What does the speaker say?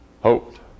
hoped